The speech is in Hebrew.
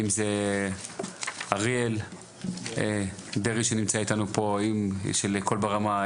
אם זה אריאל דרעי שנמצא אתנו פה מקול ברמה,